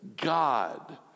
God